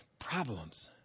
Problems